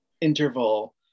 interval